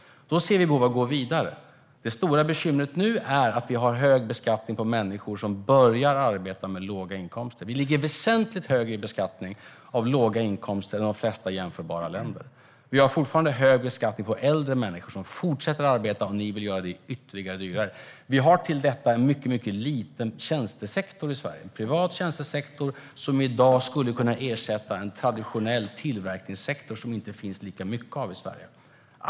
Då ser vi behov av att gå vidare. Det stora bekymret nu är att vi har hög beskattning på människor som börjar arbeta med låga inkomster. Vi ligger väsentligt högre när det gäller beskattning av låga inkomster än de flesta jämförbara länder. Vi har fortfarande hög beskattning på äldre människor som fortsätter att arbeta, och ni vill göra det ännu dyrare. Vi har till detta en mycket liten tjänstesektor i Sverige - en privat tjänstesektor som skulle kunna ersätta en traditionell tillverkningssektor som det inte finns lika mycket av i Sverige längre.